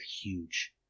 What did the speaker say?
huge